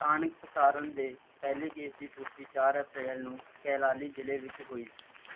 ਸਥਾਨਕ ਪ੍ਰਸਾਰਣ ਦੇ ਪਹਿਲੇ ਕੇਸ ਦੀ ਪੁਸ਼ਟੀ ਚਾਰ ਅਪ੍ਰੈਲ ਨੂੰ ਕੈਲਾਲੀ ਜ਼ਿਲ੍ਹੇ ਵਿੱਚ ਹੋਈ ਸੀ